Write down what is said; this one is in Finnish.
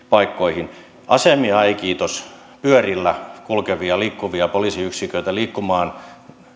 paikkoihin asemia ei kiitos pyörillä kulkevia liikkuvia poliisiyksiköitä liikkumaan